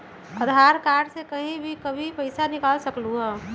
आधार card से कहीं भी कभी पईसा निकाल सकलहु ह?